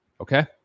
Okay